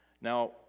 Now